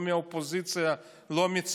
לא מהאופוזיציה,